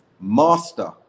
Master